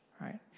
Right